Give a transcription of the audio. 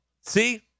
See